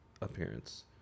appearance